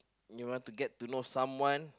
you want to get to know someone